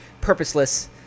purposeless